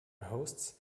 hosts